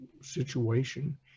situation